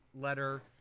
letter